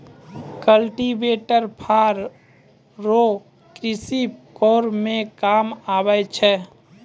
cultivator फार रो कृषि करै मे काम आबै छै